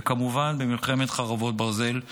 וכמובן במלחמת חרבות ברזל,